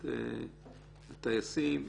את הטייסים,